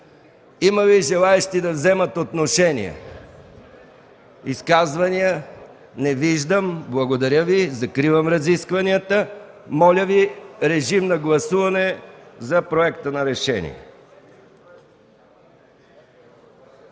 Има ли желаещи да вземат отношение? Изказвания? Не виждам. Закривам разискванията. Моля Ви, режим на гласуване за проекта на решение.